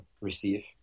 receive